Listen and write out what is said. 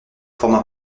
forment